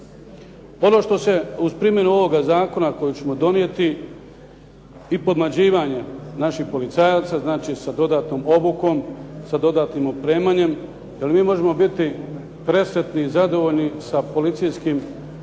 Ono što se uz primjenu ovog zakona koji ćemo donijeti i pomlađivanja naših policajaca, znači sa dodatnom obukom, sa dodatnim opremanjem, jer mi možemo biti presretni i zadovoljni sa našom policijom kada